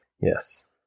yes